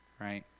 right